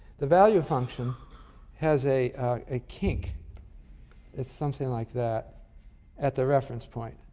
the value function has a a kink it's something like that at the reference point.